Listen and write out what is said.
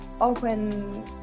open